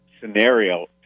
scenario